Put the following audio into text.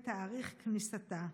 ואת תאריך כניסתה.